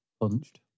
Punched